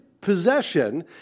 possession